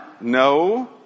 No